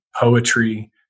poetry